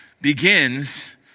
begins